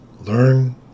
learn